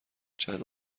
چند